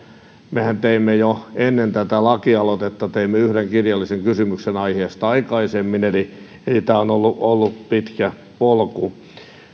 mehän teimme jo ennen tätä lakialoitetta yhden kirjallisen kysymyksen aiheesta aikaisemmin eli tämä on ollut ollut pitkä polku